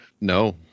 No